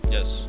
Yes